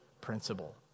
principle